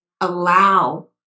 allow